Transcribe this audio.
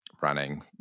running